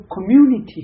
community